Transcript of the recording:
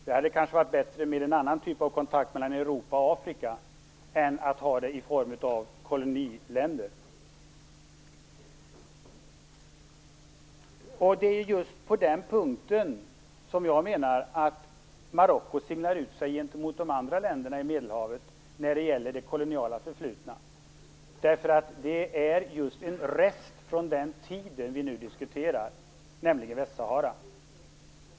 Det hade kanske varit bättre med en annan typ av kontakt mellan Europa och Afrika än den de fick som kolonialländer. Det är just på den punkten som jag menar att Marocko skiljer ut sig från de andra länderna vid Medelhavet när det gäller det koloniala förflutna. Det är ju en rest från den tiden vi nu diskuterar, nämligen Västsahara.